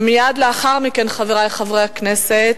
מייד לאחר מכן, חברי חברי הכנסת,